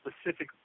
specific